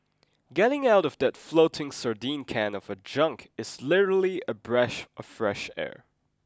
getting out of that floating sardine can of a junk is literally a breath of fresh air